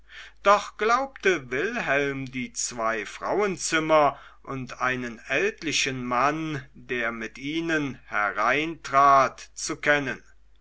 doch glaubte wilhelm die zwei frauenzimmer und einen ältlichen mann der mit ihnen hereintrat zu kennen